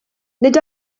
nid